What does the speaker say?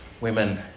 Women